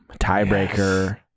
Tiebreaker